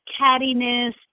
cattiness